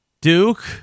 Duke